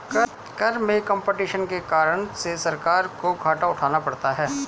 कर में कम्पटीशन के कारण से सरकार को घाटा उठाना पड़ता है